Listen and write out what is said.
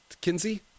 kinsey